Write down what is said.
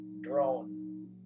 drone